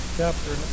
chapter